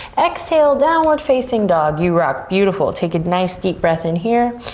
exhale, downward facing dog. you rock, beautiful, take a nice deep breath in here.